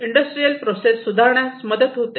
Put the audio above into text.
industrial process सुधारण्यास मदत होते